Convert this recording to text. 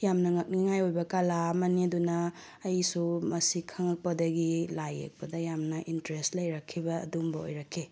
ꯌꯥꯝꯅ ꯉꯛꯅꯤꯡꯉꯥꯏ ꯑꯣꯏꯕ ꯀꯂꯥ ꯑꯃꯅꯤ ꯑꯗꯨꯅ ꯑꯩꯁꯨ ꯃꯁꯤ ꯈꯪꯉꯛꯄꯗꯒꯤ ꯂꯥꯏ ꯌꯦꯛꯄꯗ ꯌꯥꯝꯅ ꯏꯟꯇꯔꯦꯁ ꯂꯩꯔꯛꯈꯤꯕ ꯑꯗꯨꯝꯕ ꯑꯣꯏꯔꯛꯈꯤ